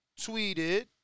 tweeted